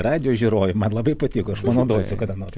radijo žiūrovai man labai patiko panaudosiu kada nors